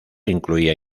incluía